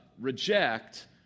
Reject